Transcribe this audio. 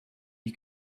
you